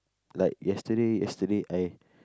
like yesterday yesterday I